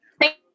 Thank